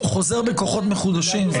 הוא חוזר בכוחות מחודשים.